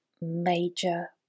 major